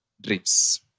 dreams